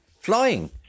Flying